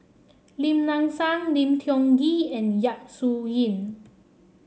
Lim Nang Seng Lim Tiong Ghee and Yap Su Yin